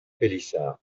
pélissard